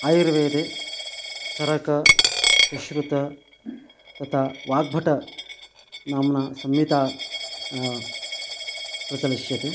आयुर्वेदे चरकसुश्रुत तथा वाग्भट नाम्ना संहिता प्रचलष्यते